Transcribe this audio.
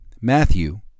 Matthew